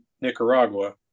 Nicaragua